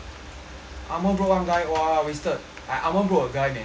armour brought one guy !wah! wasted armour brought a guy man